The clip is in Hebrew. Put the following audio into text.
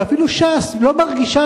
ואפילו ש"ס לא מרגישה,